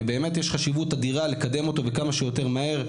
ובאמת יש חשיבות אדירה לקדם אותו וכמה שיותר מהר,